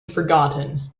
forgotten